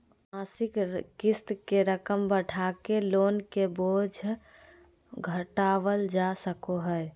मासिक क़िस्त के रकम बढ़ाके लोन के बोझ घटावल जा सको हय